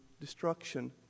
destruction